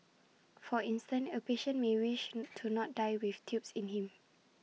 for instance A patient may wish to not die with tubes in him